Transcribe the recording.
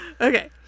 Okay